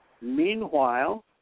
Meanwhile